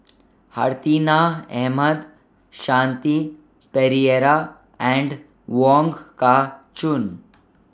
Hartinah Ahmad Shanti Pereira and Wong Kah Chun